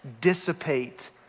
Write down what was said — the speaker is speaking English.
dissipate